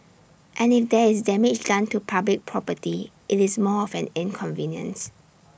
and if there is damage done to public property IT is more of an inconvenience